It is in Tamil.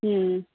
ம் ம்